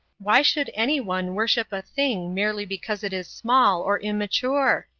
why should anyone worship a thing merely because it is small or immature?